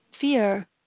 Fear